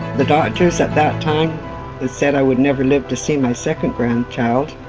the doctors at that time they said i would never live to see my second grandchild,